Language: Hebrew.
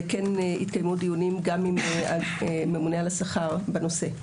וכן התקיימו דיונים גם עם הממונה על השכר בנושא.